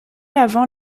avant